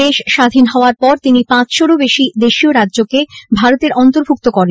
দেশ স্বাধীন হওয়ার পর তিনি পাঁচশোরও বেশি দেশীয় রাজ্যকে ভারতের অন্তর্ভুক্ত করেন